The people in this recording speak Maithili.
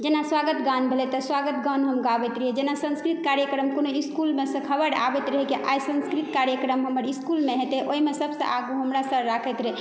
जेना सुआगत गान भेलै तऽ सुआगत गान हम गाबैत रहिए जेना सांस्कृतिक कार्यक्रम कोनो इसकुलमे से खबैर आबैत रहै कि आइ सांस्कृतिक कार्यक्रम हमर इसकुलमे हेतै ओहिमे सब से आगू हमरा सर राखैत रहै